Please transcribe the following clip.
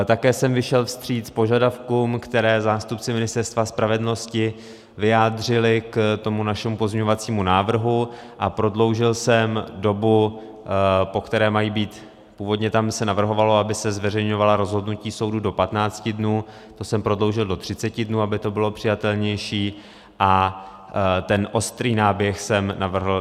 Také jsem vyšel vstříc požadavkům, které zástupci Ministerstva spravedlnosti vyjádřili k tomu našemu pozměňovacímu návrhu, a prodloužil jsem dobu, po které mají být původně se tam navrhovalo, aby se zveřejňovala rozhodnutí soudu do patnácti dnů, to jsem prodloužil do třiceti dnů, aby to bylo přijatelnější, a ten ostrý náběh jsem navrhl 2023.